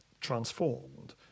transformed